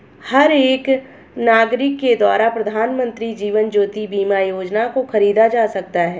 हर एक नागरिक के द्वारा प्रधानमन्त्री जीवन ज्योति बीमा योजना को खरीदा जा सकता है